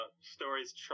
stories